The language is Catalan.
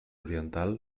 oriental